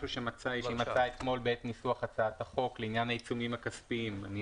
משהו לעניין העיצומים הכספיים שהיא מצאה אתמול בעת ניסוח הצעת החוק.